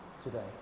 today